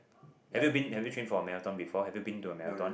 have you been have you trained for a marathon before have you been to a marathon